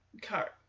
car